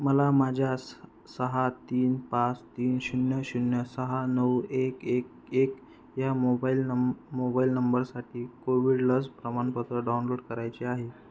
मला माझ्या स सहा तीन पाच तीन शून्य शून्य सहा नऊ एक एक एक ह्या मोबाईल नंम मोबाईल नंबरसाठी कोविड लस प्रमाणपत्र डाउनलोड करायचे आहे